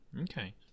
Okay